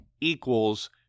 equals